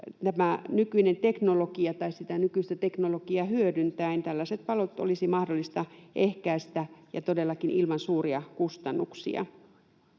nykyistä teknologiaa hyödyntäen tällaiset palot olisi mahdollista ehkäistä, ja todellakin ilman suuria kustannuksia.